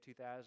2000